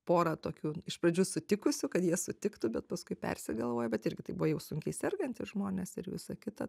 pora tokių iš pradžių sutikusių kad jie sutiktų bet paskui persigalvojo bet irgi tai buvo jau sunkiai sergantys žmonės ir visa kita